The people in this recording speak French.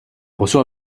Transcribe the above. reçoit